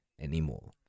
anymore